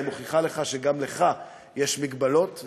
היא מוכיחה לך שגם לך יש מגבלות,